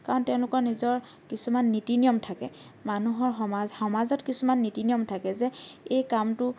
কাৰণ তেওঁলোকৰ নিজৰ কিছুমান নীতি নিয়ম থাকে মানুহৰ সমাজ সমাজত কিছুমান নীতি নিয়ম থাকে যে এই কামটো